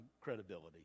credibility